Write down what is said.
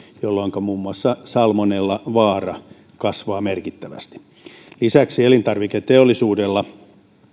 jolloinka muun muassa salmonellavaara kasvaa merkittävästi lisäksi elintarviketeollisuudella